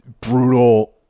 brutal